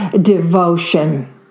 devotion